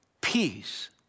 peace